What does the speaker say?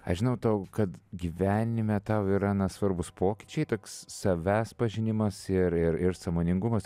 aš žinau tau kad gyvenime tau yra na svarbūs pokyčiai toks savęs pažinimas ir ir ir sąmoningumas